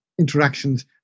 interactions